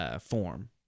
form